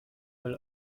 weil